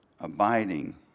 abiding